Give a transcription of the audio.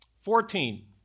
Fourteen